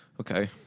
Okay